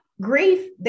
grief